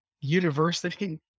university